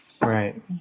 Right